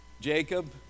Jacob